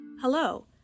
Hello